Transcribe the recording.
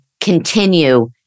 continue